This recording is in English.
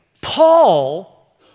Paul